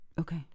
okay